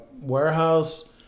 warehouse